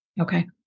Okay